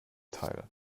teil